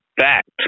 Fact